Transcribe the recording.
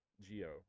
Geo